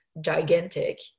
gigantic